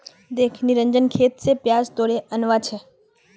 दख निरंजन खेत स प्याज तोड़े आनवा छै